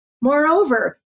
Moreover